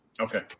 Okay